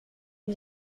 han